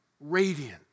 radiant